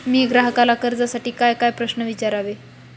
मी ग्राहकाला कर्जासाठी कायकाय प्रश्न विचारावे?